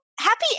happy